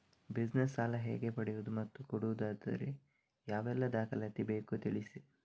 Business ಸಾಲ ಹೇಗೆ ಪಡೆಯುವುದು ಮತ್ತು ಕೊಡುವುದಾದರೆ ಯಾವೆಲ್ಲ ದಾಖಲಾತಿ ಬೇಕು ತಿಳಿಸಿ?